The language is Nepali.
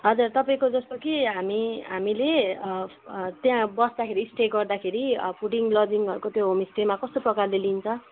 हजुर तपाईँको जस्तो कि हामी हामीले त्यहाँ बस्दाखेरि स्टे गर्दाखेरि फुडिङ लजिङहरूको त्यो होमस्टेमा कस्तो प्रकारले लिन्छ